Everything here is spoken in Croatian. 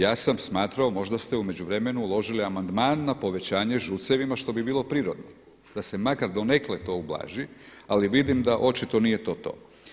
Ja sam smatrao možda ste u međuvremenu uložili amandman na povećanje ŽUC-evima što bi bilo prirodno da se makar donekle to ublaži, ali vidim da očito nije to to.